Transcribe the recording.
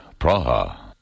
Praha